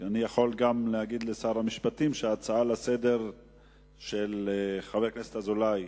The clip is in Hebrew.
אני יכול גם לומר לשר המשפטים שאת ההצעה לסדר-היום של חבר הכנסת אזולאי